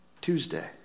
Tuesday